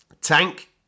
Tank